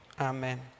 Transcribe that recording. Amen